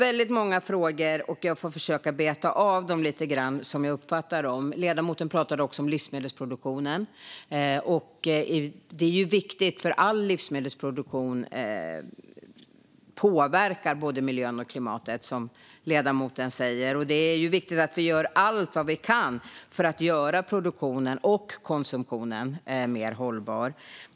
Jag får försöka beta av ledamotens många frågor som jag uppfattat dem. Ledamoten pratade om livsmedelsproduktionen. Det är viktigt, för all livsmedelsproduktion påverkar både miljön och klimatet, som ledamoten säger. Det är viktigt att vi gör allt vi kan för att göra produktionen och konsumtionen mer hållbar.